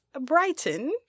Brighton